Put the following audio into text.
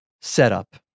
setup